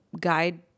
guide